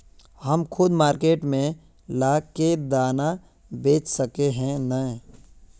हम खुद मार्केट में ला के दाना बेच सके है नय?